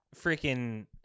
freaking